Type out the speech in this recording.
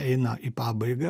eina į pabaigą